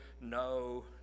no